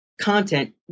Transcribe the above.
content